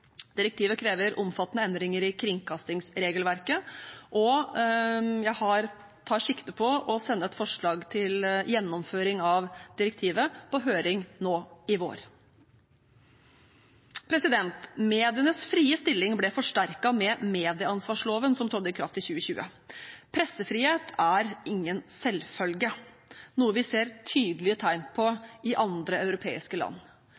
Direktivet krever omfattende endringer i kringkastingsregelverket, og jeg tar sikte på å sende et forslag til gjennomføring av direktivet på høring nå i vår. Medienes frie stilling ble forsterket med medieansvarsloven som trådte i kraft i 2020. Pressefrihet er ingen selvfølge, noe vi ser tydelige tegn på i andre europeiske land.